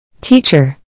Teacher